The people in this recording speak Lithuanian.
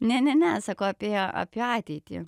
ne ne ne sako apie apie ateitį